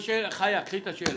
וחיה, קחי את השאלה,